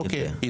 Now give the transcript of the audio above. בסדר.